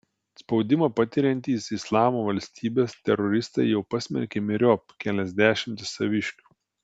spaudimą patiriantys islamo valstybės teroristai jau pasmerkė myriop kelias dešimtis saviškių